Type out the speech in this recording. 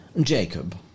Jacob